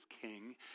king